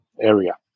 area